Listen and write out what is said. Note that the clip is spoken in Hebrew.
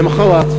למחרת,